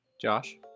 Josh